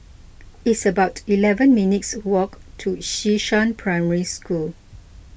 it's about eleven minutes' walk to Xishan Primary School